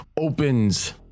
opens